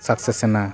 ᱥᱟᱠᱥᱮᱥᱮᱱᱟ